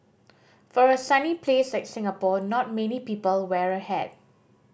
for a sunny place like Singapore not many people wear a hat